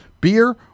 beer